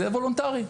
זה וולנטרי.